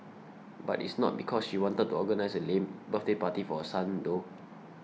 but it's not because she wanted to organise a lame birthday party for her son though